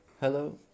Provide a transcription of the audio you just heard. Hello